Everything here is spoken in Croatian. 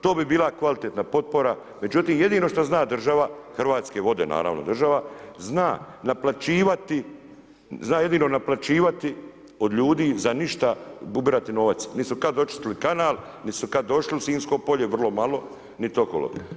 To bi bila kvalitetna potpora, no jedino što zna država, Hrvatske vode, naravno, država, zna naplaćivati, zna jedino naplaćivati od ljudi za ništa ubirati novac, nit su kad očistili kanal, nit su kad ošli u Sinjsko polje, vrlo malo, nit okolo.